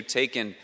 taken